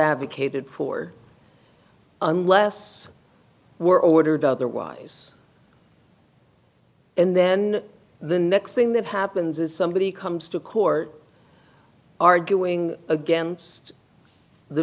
advocated for unless were ordered otherwise and then the next thing that happens is somebody comes to court arguing against the